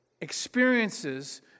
experiences